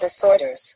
disorders